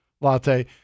latte